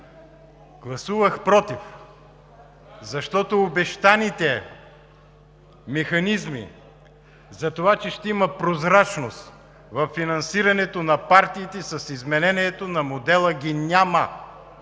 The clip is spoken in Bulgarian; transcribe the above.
Гласувах „против“, защото ги няма обещаните механизми за това, че ще има прозрачност във финансирането на партиите с изменението на модела.